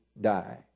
die